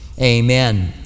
Amen